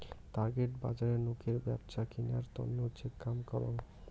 target বজারে নোকের ব্যপছা কিনার তন্ন যে কাম করং